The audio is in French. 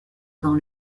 dans